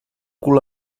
cul